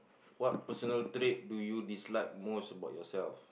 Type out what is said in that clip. what personal trait do you dislike most about yourself